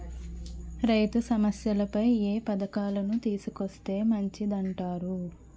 రైతు సమస్యలపై ఏ పథకాలను తీసుకొస్తే మంచిదంటారు?